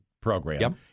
program